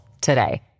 today